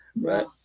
right